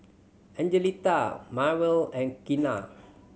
Angelita Marvel and Kenna